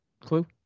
Clue